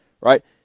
right